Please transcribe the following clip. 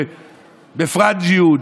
בפרנג'יות,